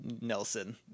Nelson